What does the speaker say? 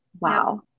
Wow